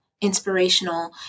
inspirational